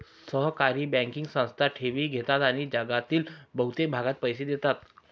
सहकारी बँकिंग संस्था ठेवी घेतात आणि जगातील बहुतेक भागात पैसे देतात